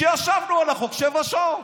שישבנו על החוק שבע שעות,